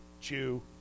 chew